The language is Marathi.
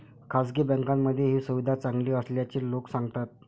खासगी बँकांमध्ये ही सुविधा चांगली असल्याचे लोक सांगतात